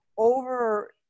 Over